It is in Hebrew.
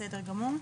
בסדר גמור.